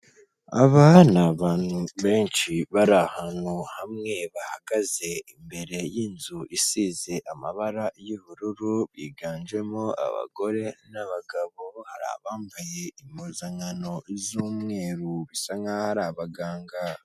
Aba ni abantu benshi bari ahantu hamwe bahagaze imbere y'inzu isize amabara y'ubururu, biganjemo abagore n'abagabo, hari abambaye impuzankano z'umweru bisa nk'aho ari abaganga.